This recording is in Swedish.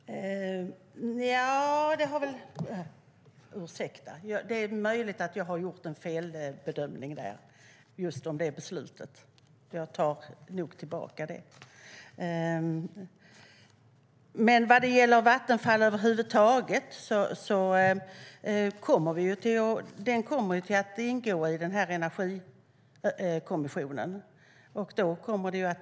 STYLEREF Kantrubrik \* MERGEFORMAT Statliga företagMen frågan om Vattenfall över huvud taget kommer att ingå i Energikommissionen.